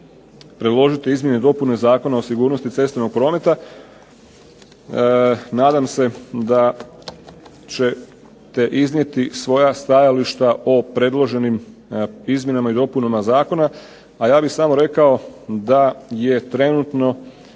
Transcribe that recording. predložiti izmjene i dopune Zakona o sigurnosti cestovnog prometa. Nadam se da ćete iznijeti svoja stajališta o predloženim izmjenama i dopunama zakona. A ja bih samo rekao da je trenutno